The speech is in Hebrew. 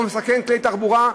או מסכנת כלי תחבורה,